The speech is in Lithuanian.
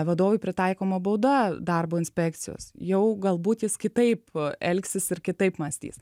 vadovui pritaikoma bauda darbo inspekcijos jau galbūt jis kitaip elgsis ir kitaip mąstys